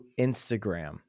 Instagram